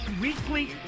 weekly